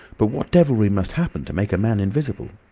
but what devilry must happen to make a man invisible?